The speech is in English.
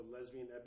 lesbian